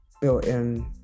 built-in